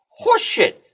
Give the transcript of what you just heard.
Horseshit